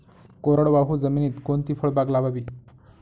कोरडवाहू जमिनीत कोणती फळबाग लावावी?